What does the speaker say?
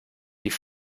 die